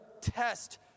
test